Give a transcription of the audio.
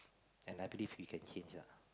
and I believe we can change ah